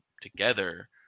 together